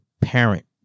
parent